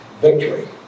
victory